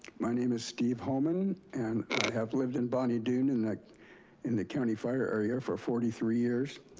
my name is steve holman, and i have lived in bonny doon in like in the county fire area for forty three years.